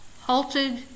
halted